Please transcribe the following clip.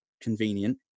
convenient